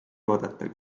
oodata